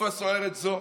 בתקופה סוערת זו